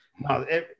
No